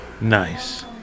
Nice